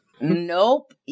Nope